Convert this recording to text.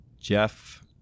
Jeff